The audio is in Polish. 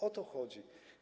O to chodzi.